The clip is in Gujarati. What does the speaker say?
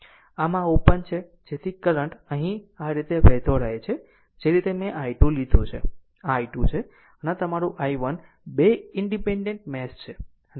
આમ આ ઓપન છે જેથી કરંટ અહીં આ રીતે વહેતો રહે છે જે રીતે મેં i2 લીધો છે આ i2 છે અને આ તમારું i1 2 ઈનડીપેન્ડેન્ટ મેશ છે